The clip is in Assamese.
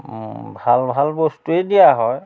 ভাল ভাল বস্তুৱেই দিয়া হয়